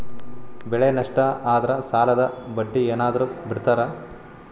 ಬೆಳೆ ನಷ್ಟ ಆದ್ರ ಸಾಲದ ಬಡ್ಡಿ ಏನಾದ್ರು ಬಿಡ್ತಿರಾ?